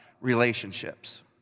relationships